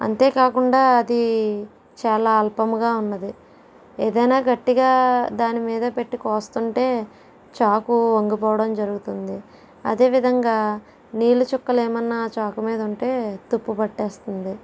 అంతేకాకుండా అది చాలా అల్పముగా ఉన్నది ఏదైనా గట్టిగా దానిమీద పెట్టి కొస్తుంటే చాకు వంగిపోవడం జరుగుతుంది అదేవిధంగా నీళ్ళ చుక్కలు ఏమన్నా చాకు మీద ఉంటే తుప్పు పట్టేస్తుంది